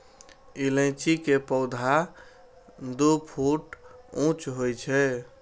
इलायची के पौधा दू फुट ऊंच होइ छै